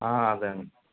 అదే అండి